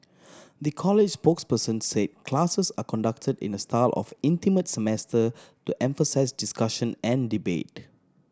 the college's spokesperson say classes are conducted in the style of intimate seminar to emphasise discussion and debate